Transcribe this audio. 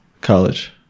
college